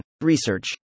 Research